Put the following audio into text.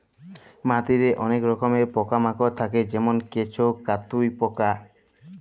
মাটিতে অলেক রকমের পকা মাকড় থাক্যে যেমল কেঁচ, কাটুই পকা